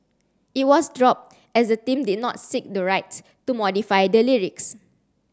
it was dropped as the team did not seek the rights to modify the lyrics